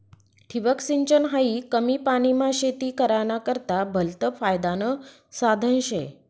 ठिबक सिंचन हायी कमी पानीमा शेती कराना करता भलतं फायदानं साधन शे